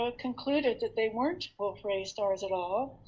ah concluded that they weren't wolf-rayet stars at all,